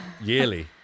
yearly